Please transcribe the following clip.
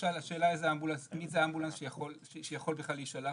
למשל השאלה מי זה האמבולנס שיכול בכלל להישלח,